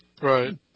Right